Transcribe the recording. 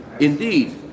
Indeed